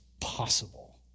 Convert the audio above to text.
possible